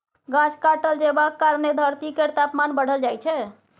गाछ काटल जेबाक कारणेँ धरती केर तापमान बढ़ल जाइ छै